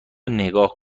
نگاه